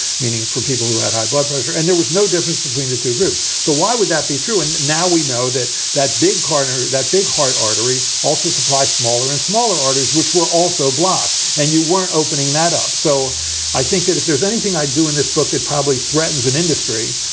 meaning for people who had high blood pressure and there was no difference between the two groups. so why would that be true? and now we know that that big karner, that big heart artery also supply smaller and smaller arteries, which were also blocked. and you weren't opening that up. so i think that if there's anything i do in this book that probably threatens an industry,